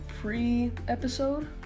pre-episode